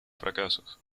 fracasos